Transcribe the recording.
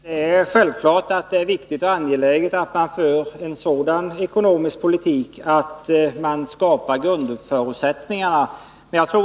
Fru talman! Det är självklart att det är viktigt och angeläget att föra en sådan ekonomisk politik att grundförutsättningarna skapas.